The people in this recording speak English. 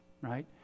right